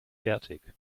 fertig